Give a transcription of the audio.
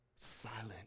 silent